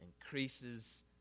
increases